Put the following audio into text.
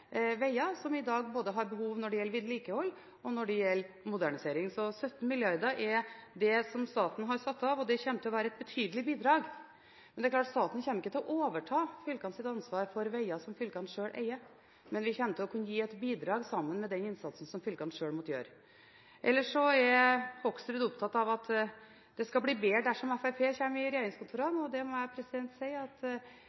som har behov når det gjelder både vedlikehold og modernisering. Så 17 mrd. kr er det som staten har satt av. Det kommer til å være et betydelig bidrag. Men det er klart at staten kommer ikke til å overta fylkenes ansvar for veger som fylkene sjøl eier, men vi kommer til å kunne gi et bidrag sammen med den innsatsen som fylkene sjøl måtte gjøre. Ellers er Hoksrud opptatt av at det skal bli bedre dersom Fremskrittspartiet kommer i regjeringskontorene.